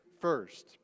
first